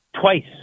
twice